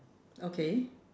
okay